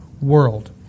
world